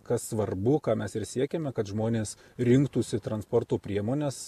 kas svarbu ką mes ir siekiame kad žmonės rinktųsi transporto priemones